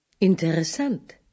Interessant